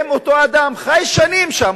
ואם אותו אדם חי שנים שם,